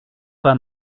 pas